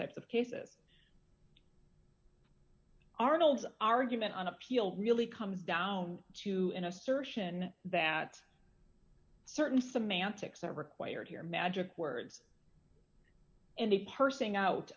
types of cases arnold's argument on appeal really comes down to an assertion that certain semantics are required here magic words and they pursing out